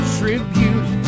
tribute